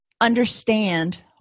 understand